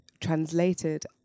translated